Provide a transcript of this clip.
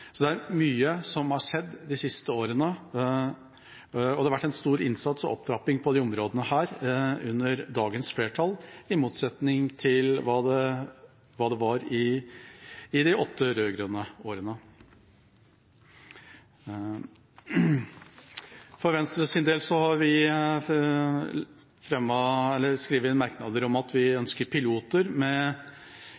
Så det er mye som har skjedd de siste årene. Det har vært en stor innsats og opptrapping på disse områdene under dagens flertall, i motsetning til hva det var i de åtte rød-grønne årene. For Venstres del har vi skrevet inn merknader om at vi